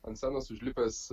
ant scenos užlipęs